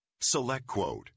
SelectQuote